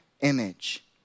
image